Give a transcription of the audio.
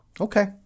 Okay